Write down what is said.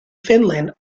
finland